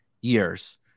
years